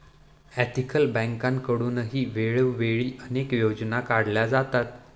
ethical बँकेकडूनही वेळोवेळी अनेक योजना काढल्या जातात